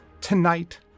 tonight